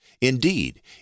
Indeed